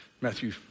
Matthew